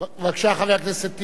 בבקשה, חבר הכנסת טיבי,